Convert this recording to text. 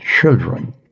children